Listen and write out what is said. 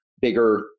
bigger